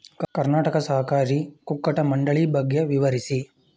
ಕರ್ನಾಟಕ ಸಹಕಾರಿ ಕುಕ್ಕಟ ಮಂಡಳಿ ಬಗ್ಗೆ ವಿವರಿಸಿ?